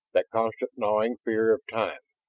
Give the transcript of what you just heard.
that constant gnawing fear of time,